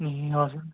ए हजुर